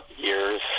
years